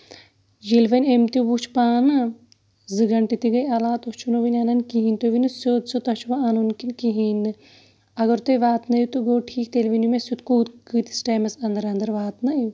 ییٚلہِ وۄنۍ أمۍ تہِ وٕچھ پانہٕ زٕ گنٹہٕ تہِ گٔے علاوٕ تُہۍ چھو نہٕ ؤنہِ اَنان کِہیٖنۍ نہٕ تُہۍ ؤنِو سیٚود یوٚد تۄہہِ چھُو ہا اَنُن کِنہٕ کِہیٖنۍ نہٕ اَگر تُہۍ واتنٲیو تہٕ گوٚو ٹھیٖک تیٚلہِ ؤنِو مےٚ تُہۍ کۭتِس ٹایمَس اَندر اَندر واتنٲیو